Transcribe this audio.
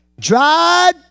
dried